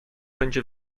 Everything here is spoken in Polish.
będzie